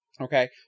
Okay